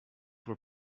were